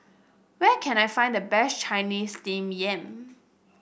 where can I find the best Chinese Steamed Yam